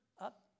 up